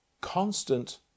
constant